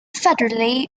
federally